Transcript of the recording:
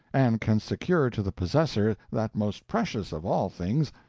and can secure to the possessor that most precious of all things,